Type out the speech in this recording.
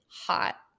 hot